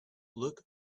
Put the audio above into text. look